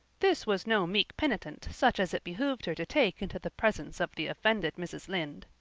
this was no meek penitent such as it behooved her to take into the presence of the offended mrs. lynde.